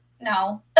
No